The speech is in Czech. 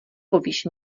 povíš